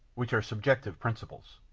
which are subjective principles.